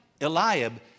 Eliab